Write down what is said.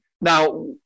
Now